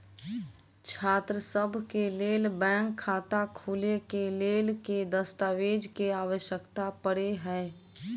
छात्रसभ केँ लेल बैंक खाता खोले केँ लेल केँ दस्तावेज केँ आवश्यकता पड़े हय?